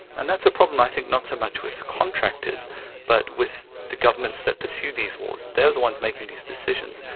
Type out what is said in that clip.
and that's a problem i think not so much with contractors but with the governments that pursue these wars. they are the ones making these decisions.